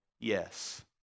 Yes